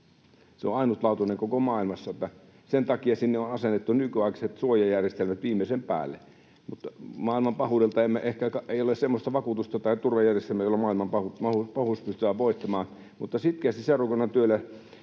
Se on ainutlaatuinen koko maailmassa. Sen takia sinne on asennettu nykyaikaiset suojajärjestelmät viimeisen päälle. Ehkä ei ole semmoista vakuutusta tai turvajärjestelmää, jolla maailman pahuus pystytään voittamaan, mutta sitkeästi seurakunnan työllä